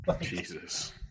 Jesus